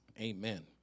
Amen